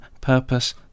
purpose